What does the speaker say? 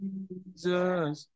Jesus